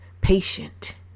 patient